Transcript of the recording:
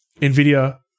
NVIDIA